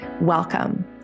Welcome